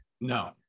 No